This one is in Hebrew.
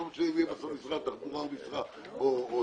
פקח ולא משנה אם הוא ממשרד התחבורה או ממקום אחר